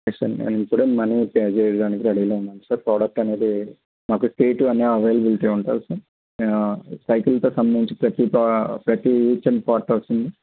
okay sir నేను ఇప్పుడు money pay చేయడానికి రెడీగా ఉన్నాను సార్ ప్రోడక్ట్ అనేది మాకు సీటు అన్నీ అవైలబిలిటీ ఉంటుందా సార్ నేను సైకిల్తో సంబంధించి ప్రతీ ప్రతీ చిన్న పార్ట్ వస్తుందా